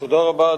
תודה רבה.